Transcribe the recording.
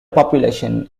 population